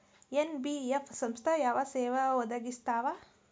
NBF ಸಂಸ್ಥಾ ಯಾವ ಸೇವಾ ಒದಗಿಸ್ತಾವ?